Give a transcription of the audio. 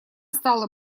стало